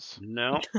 No